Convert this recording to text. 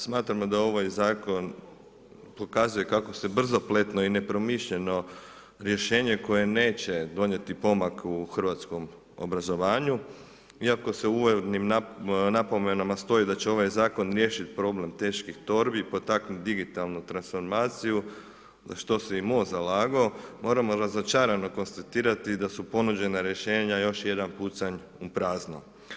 Smatramo da ovaj zakon pokazuje kako se brzopletno i nepromišljeno rješenje koje neće donijeti pomak u hrvatskom obrazovanju iako u uvodnim napomenama stoji da će ovaj zakon riješiti problem teških torbi, potaknuti digitalnu transformaciju što se i MOST zalagao, moramo razočarano konstatirati da su ponuđena rješenja još jedan pucanj u prazno.